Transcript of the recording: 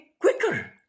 quicker